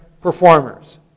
performers